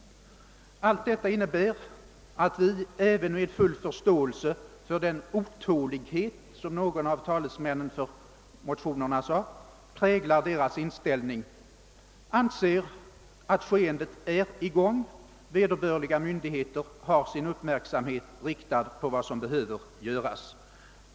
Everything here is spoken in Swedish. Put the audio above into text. Allt detta innebär att vi, även med full förståelse för den otålighet som enligt någon av talesmännen för motionärerna präglar dessas inställning, menar att skeendet är i gång. Vederbörande myndigheter har sin uppmärksamhet riktad mot vad som behöver göras.